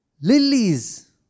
lilies